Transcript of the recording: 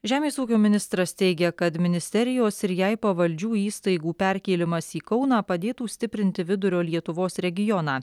žemės ūkio ministras teigia kad ministerijos ir jai pavaldžių įstaigų perkėlimas į kauną padėtų stiprinti vidurio lietuvos regioną